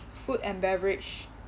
food and beverage